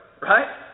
right